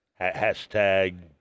Hashtag